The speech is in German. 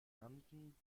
anden